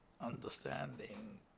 understanding